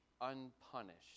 unpunished